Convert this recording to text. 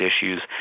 issues